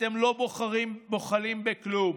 אתם לא בוחלים בכלום.